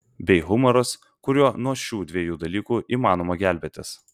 bei humoras kuriuo nuo šių dviejų dalykų įmanoma gelbėtis